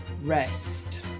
rest